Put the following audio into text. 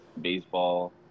baseball